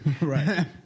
Right